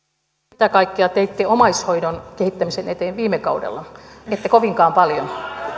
mitä kaikkea teitte omaishoidon kehittämisen eteen viime kaudella ette kovinkaan paljon